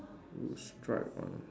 with stripe one